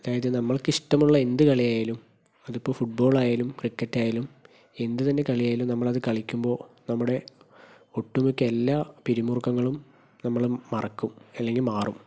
അതായത് നമ്മൾക്കിഷ്ടമുള്ള എന്ത് കളിയായാലും അതിപ്പോൾ ഫുട്ബോളായാലും ക്രിക്കറ്റ് ആയാലും എന്തുതന്നെ കളിയായാലും നമ്മളത് കളിക്കുമ്പോൾ നമ്മുടെ ഒട്ടുമിക്ക എല്ലാ പിരിമുറുക്കങ്ങളും നമ്മള് മറക്കും അല്ലെങ്കിൽ മാറും